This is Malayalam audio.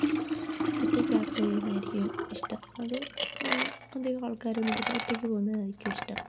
ഒറ്റയ്ക്ക് യാത്ര ചെയ്യുന്നതായിരിക്കും ഇഷ്ടം അത് അധികം ആൾക്കാരെ ഒന്നും കൂട്ടാതെ ഒറ്റയ്ക്ക് പോകുന്നതായിരിക്കും ഇഷ്ടം